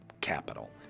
capital